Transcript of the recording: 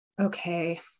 Okay